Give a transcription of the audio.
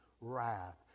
wrath